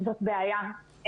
זאת בעיה.